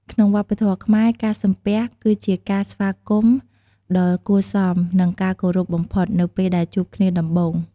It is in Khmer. ក្នុងវប្បធម៌ខ្មែរ ការសំពះ គឺជាការស្វាគមន៍ដ៏គួរសម និងការគោរពបំផុត នៅពេលដែលជួបគ្នាដំបូង។